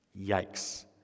Yikes